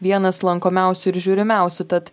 vienas lankomiausių ir žiūrimiausių tad